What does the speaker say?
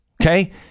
okay